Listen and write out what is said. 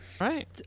right